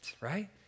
right